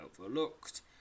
overlooked